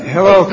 Hello